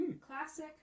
classic